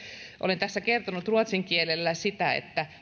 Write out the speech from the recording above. olen tässä kertonut ruotsin kielellä siitä että